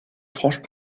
franche